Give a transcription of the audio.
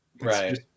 Right